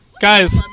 Guys